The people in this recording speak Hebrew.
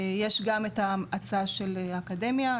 יש גם את ההצעה של האקדמיה,